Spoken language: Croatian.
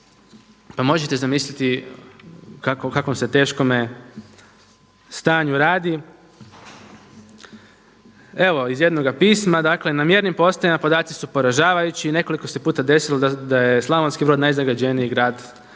pa možete zamisliti o kakvom se teškome stanju radi. Evo iz jednoga pisma, dakle na mjernim postajama podaci su poražavajući. Nekoliko se puta desilo da je Slavonski Brod najzagađeniji grad u Europi.